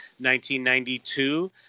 1992